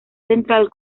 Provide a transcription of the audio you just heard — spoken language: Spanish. central